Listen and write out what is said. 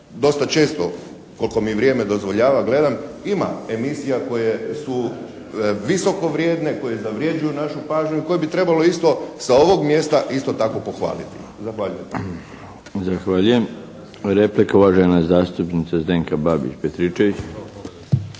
dosta često koliko mi vrijeme dozvoljava gledam, ima emisija koje su visoko vrijedne, koje zavređuju našu pažnju i koje bi trebalo isto sa ovog mjesta isto tako pohvaliti. Zahvaljujem. **Milinović, Darko (HDZ)** Zahvaljujem. Replika, uvažena zastupnica Zdenka Babić Petričević.